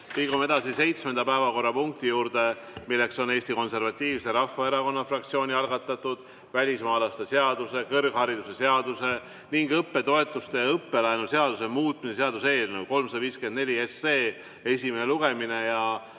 Liigume edasi seitsmenda päevakorrapunkti juurde, milleks on Eesti Konservatiivse Rahvaerakonna fraktsiooni algatatud välismaalaste seaduse, kõrghariduse seaduse ning õppetoetuste ja õppelaenu seaduse muutmise seaduse eelnõu 354 esimene lugemine.